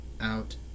out